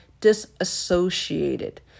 disassociated